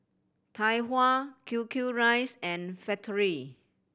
Tai Hua Q Q Rice and Factorie